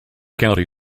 county